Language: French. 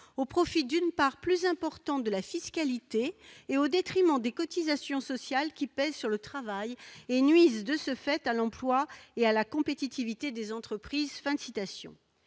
au profit d'une part plus importante de la fiscalité et au détriment des cotisations sociales qui pèsent sur le travail et nuisent de ce fait à l'emploi et à la compétitivité des entreprises. »